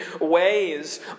ways